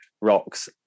rocks